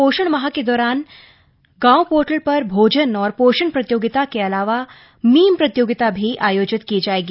पोषण माह के दौरान माई गॉव पोर्टल पर भोजन और पोषण प्रतियोगिता के अलावा मीम प्रतियोगिता भी आयोजित की जाएगी